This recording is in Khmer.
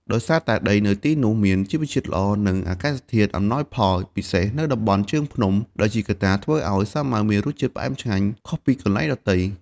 ដោយសារតែដីនៅទីនោះមានជីជាតិល្អ និងអាកាសធាតុអំណោយផល ពិសេសនៅតំបន់ជើងភ្នំ ដែលជាកត្តាធ្វើឲ្យសាវម៉ាវមានរសជាតិផ្អែមឆ្ងាញ់ខុសពីកន្លែងដទៃ។